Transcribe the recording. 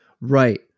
right